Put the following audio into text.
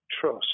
trust